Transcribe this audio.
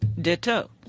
Ditto